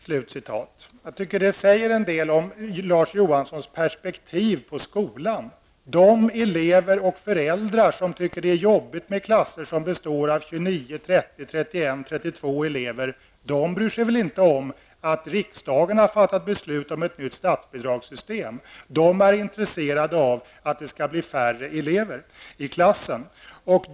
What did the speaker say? Jag tycker att det säger en del om Larz Johanssons perspektiv på skolan. De elever och föräldrar som tycker att det är jobbigt med klasser som består av 29, 30, 31 eller 32 elever bryr sig väl inte om att riksdagen har fattat ett beslut om ett nytt statsbidragssystem. De är intresserade av att det skall bli färre elever i varje klass.